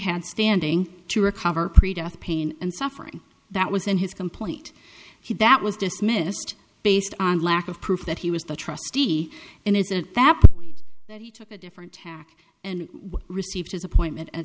had standing to recover pre death pain and suffering that was in his complaint that was dismissed based on lack of proof that he was the trustee and is it that he took a different tack and received his appointment